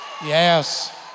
Yes